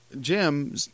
Jim